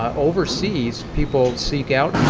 overseas people seek out